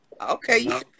Okay